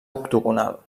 octogonal